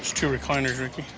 two recliners, ricky.